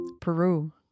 Peru